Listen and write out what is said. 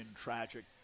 tragic